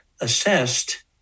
assessed